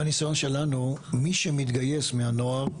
מהניסיון שלנו, מי שמתגייס מהנוער,